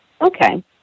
Okay